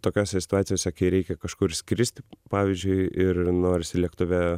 tokiose situacijose kai reikia kažkur skristi pavyzdžiui ir norisi lėktuve